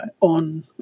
on